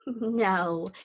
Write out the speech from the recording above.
No